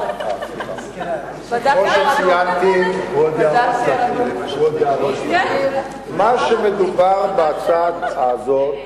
כמו שציינתי, מה שמדובר בהצעה הזאת,